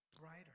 brighter